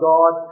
God